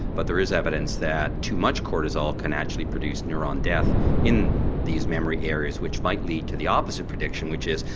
but there is evidence that too much cortisol can actually produce neurone death in these memory areas which might lead to the opposite prediction which is,